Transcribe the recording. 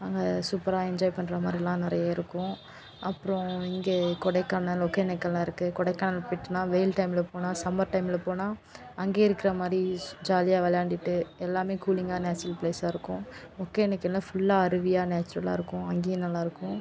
அங்கே சூப்பராக என்ஜாய் பண்ணுற மாதிரிலா நிறைய இருக்கும் அப்புறோம் இங்கே கொடைக்கானல் ஒக்கேனக்கல்லா இருக்குது கொடைக்கானல் போயிட்டுலா வெயில் டைமில் போனா சம்மர் டைமில் போனால் அங்கேயே இருக்கிற மாதிரி ஜாலியா விளையாண்டிட்டு எல்லாமே கூலிங்கான நேச்சுரல் ப்லேஸாக இருக்கும் ஒக்கேனக்கல்ல ஃபுல்லா அருவியா நேச்சுரலாக இருக்கும் அங்கேயும் நல்லா இருக்கும்